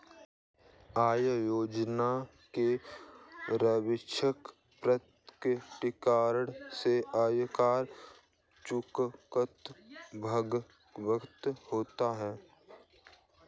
आय योजना के स्वैच्छिक प्रकटीकरण से आयकर चूककर्ता लाभान्वित होते हैं